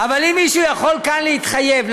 אבל אם מישהו יכול כאן להתחייב,